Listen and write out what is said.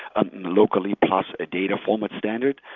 ah locally, plus a data format standard,